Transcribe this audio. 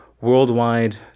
worldwide